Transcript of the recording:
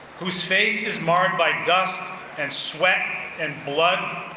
whose face is marred by dust and sweat and blood,